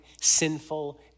sinful